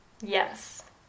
Yes